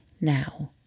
now